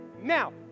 now